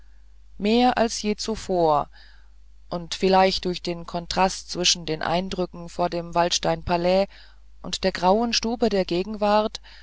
mehr als je zuvor und vielleicht durch den kontrast zwischen den eindrücken vor dem waldsteinpalais und der grauen stube der gegenwart